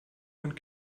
und